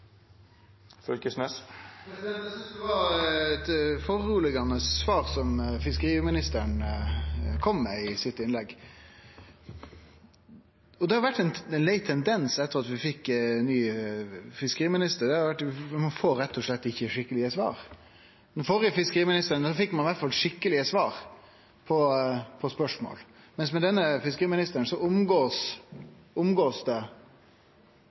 var eit urovekkjande svar fiskeriministeren kom med i innlegget sitt. Det har vore ein lei tendens etter at vi fekk ny fiskeriminister: Ein får rett og slett ikkje skikkelege svar. Frå den førre fiskeriministeren fekk ein iallfall skikkelege svar på spørsmål, men med denne fiskeriministeren blir dei omgått. Det